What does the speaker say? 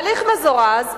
בהליך מזורז,